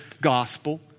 Gospel